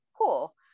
cool